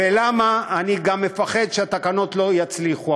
ולמה אני גם מפחד שהתקנות לא יצליחו,